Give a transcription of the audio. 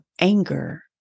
anger